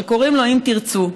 שקוראים לו אם תרצו,